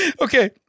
Okay